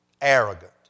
arrogant